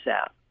out